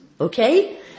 Okay